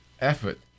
effort